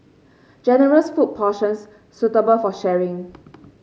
generous food portions suitable for sharing